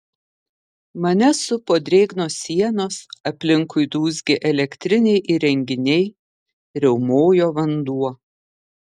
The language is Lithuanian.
mane supo drėgnos sienos aplinkui dūzgė elektriniai įrenginiai riaumojo vanduo